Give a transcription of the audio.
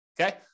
okay